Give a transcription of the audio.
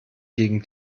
gegen